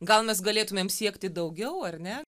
gal mes galėtumėm siekti daugiau ar ne